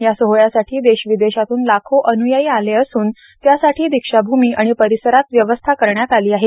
या सोहळ्यासाठी देश विदेशातून लाखो अनुयायी आले असून त्यासाठी दीक्षाभूमी आणि परिसरात व्यवस्था करण्यात आली आहे